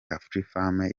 afrifame